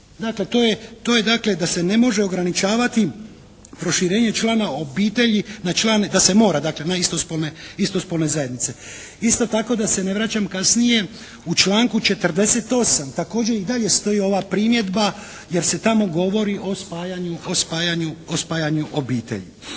dakle da se ne može ograničavati proširenje člana obitelji na član, da se mora dakle na istospolne zajednice. Isto tako da se ne vraćam kasnije u članku 48. također i dalje stoji ova primjedba, jer se tamo govori o spajanju obitelji.